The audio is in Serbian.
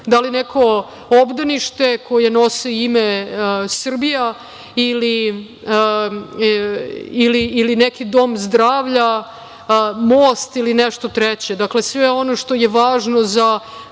da li neko obdanište koje nosi ime Srbija ili neki dom zdravlja, most ili nešto treće. Dakle, sve ono što je važno za